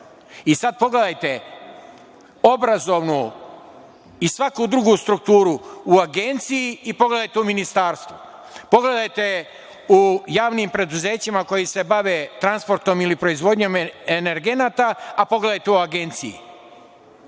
pogledajte obrazovnu i svaku drugu strukturu u agenciji i pogledajte u ministarstvu. Pogledajte u javnim preduzećima koji se bave transportom ili proizvodnjom energenata, a pogledajte u agenciji.Zašto